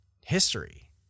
history